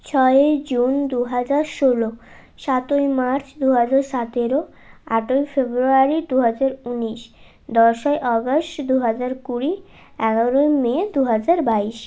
ছয়ই জুন দু হাজার ষোলো সাতই মার্চ দু হাজার সতেরো আটই ফেব্রুয়ারি দু হাজার উনিশ দশই আগস্ট দু হাজার কুড়ি এগারোই মে দু হাজার বাইশ